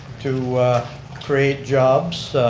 to create jobs,